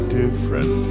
different